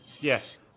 Yes